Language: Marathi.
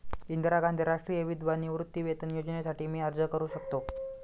इंदिरा गांधी राष्ट्रीय विधवा निवृत्तीवेतन योजनेसाठी मी अर्ज करू शकतो?